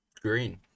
green